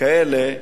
כאלה של: